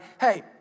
hey